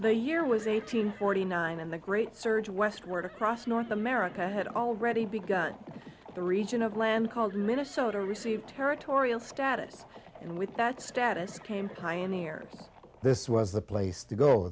the year was eighteen forty nine and the great surge westward across north america had already begun the region of land called minnesota received territorial status and with that status came pioneer this was the place to go